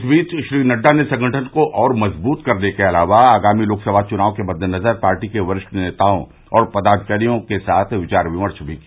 इस बीच श्री नड्डा ने संगठन को और मजबूत करने के अलावा आगामी लोकसभा चुनाव के मद्देनज़र पार्टी के वरिष्ठ नेताओं और पदाधिकारियों के साथ विचार विमर्श भी किया